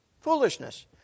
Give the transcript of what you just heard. Foolishness